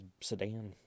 sedan